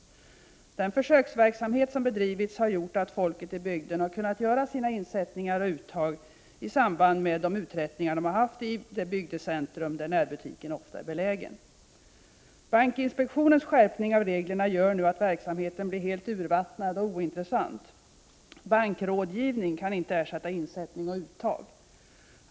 Den försöksverksamhet som bedrivits har gjort att folket i bygden har kunnat göra sina insättningar och uttag i samband med andra uträttningar i det bygdecentrum där närbutiken ofta är belägen. Bankinspektionens skärpning av reglerna gör att verksamheten blir helt urvattnad och ointressant. Bankrådgivning kan inte ersätta insättning och uttag.